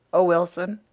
oh, wilson!